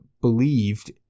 believed